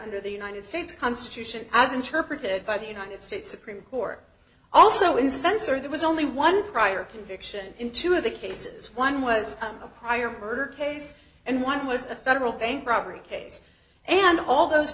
under the united states constitution as interpreted by the united states supreme court also in spencer there was only one prior conviction in two of the cases one was a prior birder case and one was a federal bank robbery case and all those